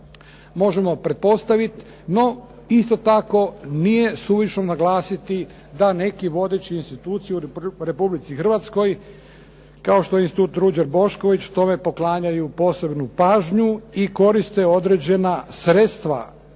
možemo pretpostaviti, no isto tako nije suvišno naglasiti da neke vodeće institucije u Republici Hrvatskoj kao što je Institut Ruđer Bošković tome poklanjaju posebnu pažnju i koriste određena sredstva